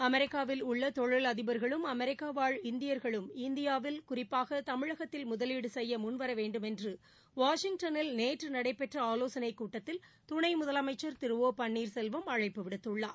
அமெரிக்காவில் உள்ள தொழிலதிபர்களும் அமெரிக்கா வாழ் இந்தியர்களும் இந்தியாவில் குறிப்பாக தமிழகத்தில் முதலீடு செய்ய முன்வர வேண்டும் என்று வாஷிங்டனில் நேற்று நடைபெற்ற ஆலோசனைக் கூட்டத்தில் துணை முதலமைச்சர் திரு ஓ பன்னீர்செல்வம் அழைப்பு விடுத்துள்ளார்